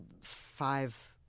five